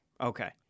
Okay